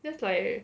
that's like